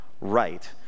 right